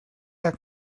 air